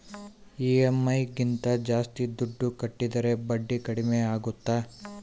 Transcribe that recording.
EMI ಗಿಂತ ಜಾಸ್ತಿ ದುಡ್ಡು ಕಟ್ಟಿದರೆ ಬಡ್ಡಿ ಕಡಿಮೆ ಆಗುತ್ತಾ?